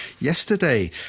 yesterday